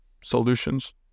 solutions